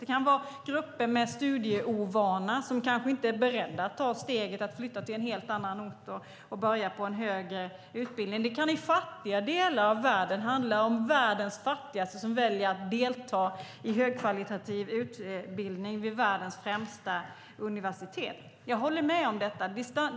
Det kan vara grupper med studieovana som kanske inte är beredda är ta steget att flytta till en helt annan ort och börja på en högre utbildning. Det kan i fattiga delar av världen handla om världens fattigaste som väljer att delta i högkvalitativ utbildning vid världens främsta universitet. Jag håller med om detta.